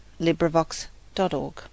LibriVox.org